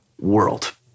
world